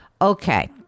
Okay